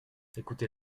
écoutez